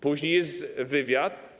Później jest wywiad.